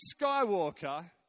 Skywalker